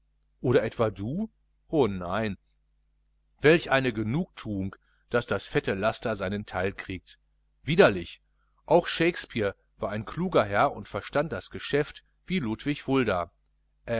oder etwa du oh nein welch eine genugthuung daß das fette laster sein teil kriegt widerlich auch shakespeare war ein kluger herr und verstand das geschäft wie ludwig fulda